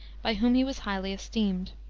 by whom he was highly esteemed.